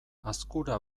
azkura